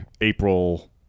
April